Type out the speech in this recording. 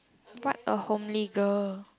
what a homely girl